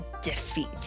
defeat